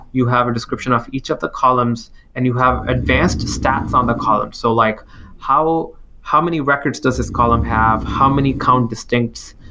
you have a description of each of the columns and you have advanced stats on the column. so like how how many records does this column have? how many column distincts?